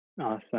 Awesome